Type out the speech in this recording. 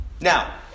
Now